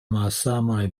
malsamaj